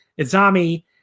Izami